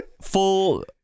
full